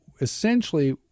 essentially